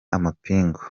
amapingu